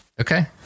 okay